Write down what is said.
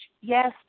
Yes